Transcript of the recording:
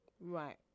Right